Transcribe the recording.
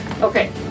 Okay